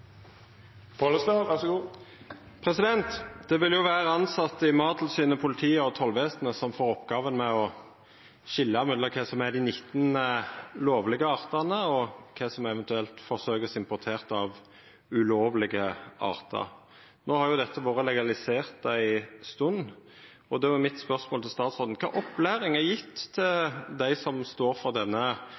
i tollvesenet som får i oppgåve å skilja mellom dei 19 lovlege artane og kva ein eventuelt forsøkjer å importera av ulovlege artar. No har jo dette vore legalisert ei stund, og då er mitt spørsmål til statsråden: Kva opplæring er gjeven til dei som står for denne